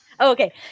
okay